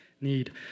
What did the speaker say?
need